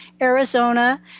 Arizona